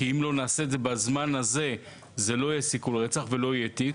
ואם לא נעשה את זה בזמן הזה אז כבר לא יהיה סיכול רצח וכבר לא יהיה תיק